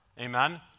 Amen